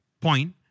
point